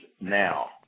now